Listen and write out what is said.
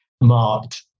marked